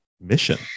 mission